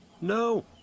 No